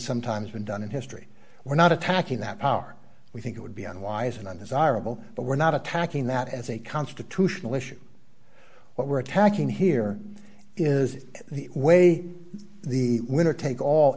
sometimes been done in history we're not attacking that power we think it would be unwise and undesirable but we're not attacking that as a constitutional issue what we're attacking here is the way the winner take all